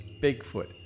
Bigfoot